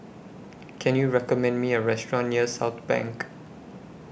Can YOU recommend Me A Restaurant near Southbank